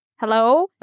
hello